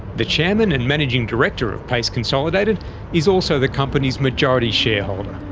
the chairman and managing director of payce consolidated is also the company's majority shareholder.